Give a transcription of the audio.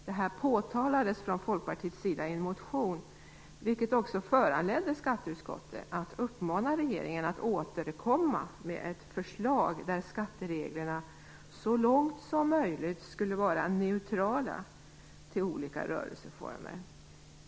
Detta påtalades från Folkpartiets sida i en motion, vilket också föranledde skatteutskottet att uppmana regeringen att återkomma med ett förslag där skattereglerna så långt som möjligt skulle vara neutrala till olika rörelseformer.